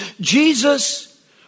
Jesus